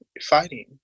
fighting